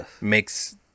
makes